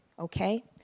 okay